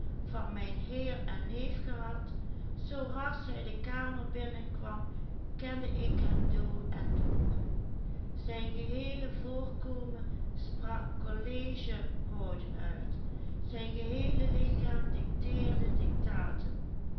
kende ik hem door en door zijn geheele voorkomen sprak collegehouden uit zijn geheele lichaam dicteerde dictaten